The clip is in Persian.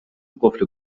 قفل